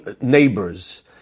neighbors